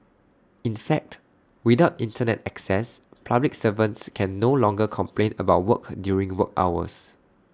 in fact without Internet access public servants can no longer complain about work during work hours